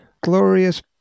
glorious